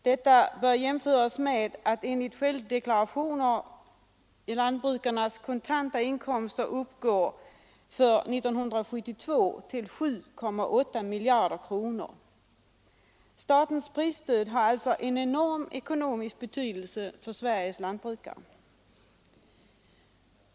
Detta bör jämföras med att enligt självdeklarationer lantbrukarnas kontanta inkomster för år 1972 uppgick till 7,8 miljarder kronor. Statens prisstöd har alltså en enorm ekonomisk betydelse för Sveriges lantbrukare.